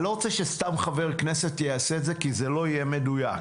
לא רוצה שסתם חבר כנסת יעשה את זה כי זה לא יהיה מדויק.